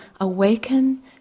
awaken